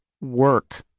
work